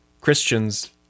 Christians